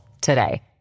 today